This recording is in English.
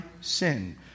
sin